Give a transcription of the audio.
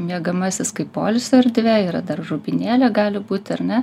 miegamasis kaip poilsio erdvė yra dar rūbinėlė gali būt ar ne